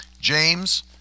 James